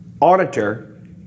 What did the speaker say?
auditor